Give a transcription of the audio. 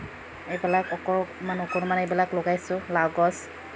এইবিলাক অকণমান অকণমান লগাইছোঁ লাও গছ